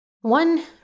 one